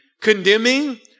condemning